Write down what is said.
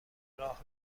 راه